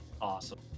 awesome